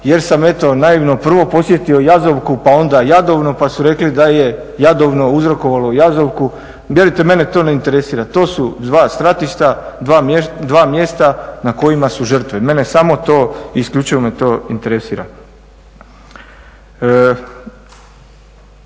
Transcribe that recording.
jer sam eto naivno prvo posjetio Jazovku pa onda Jadovno pa su rekli da je Jadovno uzrokovalo Jazovku. Vjerujte mene to ne interesira, to su dva stratišta, dva mjesta na kojima su žrtve. Mene samo to i isključivo me to interesira.